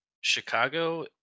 Chicago